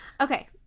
Okay